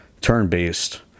Turn-Based